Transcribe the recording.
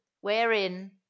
wherein